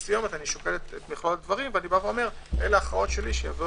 שוקל את מכלול הדברים ואומר: אלה ההכרעות שלי שיהיו